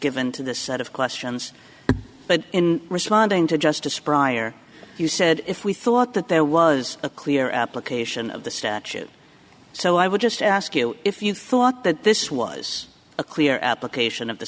given to this set of questions but in responding to justice prior you said if we thought that there was a clear application of the statute so i would just ask you if you thought that this was a clear application of the